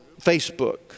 Facebook